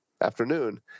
afternoon